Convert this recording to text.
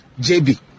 JB